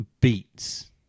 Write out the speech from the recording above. beats